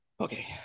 Okay